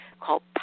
called